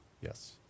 Yes